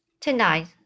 tonight